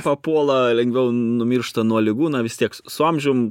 papuola lengviau numiršta nuo ligų na vis tiek su amžium